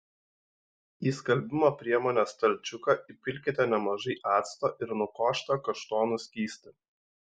į skalbimo priemonės stalčiuką įpilkite nemažai acto ir nukoštą kaštonų skystį